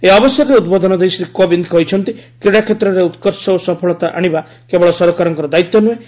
ଏହି ଅବସରରେ ଉଦ୍ବୋଧନ ଦେଇ ଶ୍ରୀ କୋବିନ୍ଦ କହିଚ୍ଚନ୍ତି କ୍ୱୀଡ଼ା କ୍ଷେତ୍ରରେ ଉତ୍କର୍ଷ ଓ ସଫଳତା ଆଶିବା କେବଳ ସରକାରଙ୍କର ଦାୟିତ୍ୱ ନୂହେଁ